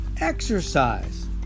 exercise